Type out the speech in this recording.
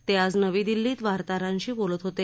ते आज नवी दिल्लीत वार्ताहरांशी बोलत होते